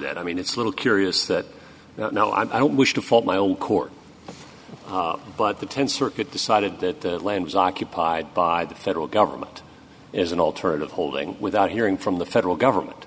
that i mean it's a little curious that no i don't wish to fault my own course but the tenth circuit decided that the land was occupied by the federal government as an alternative holding without hearing from the federal government